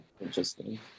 Interesting